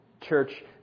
church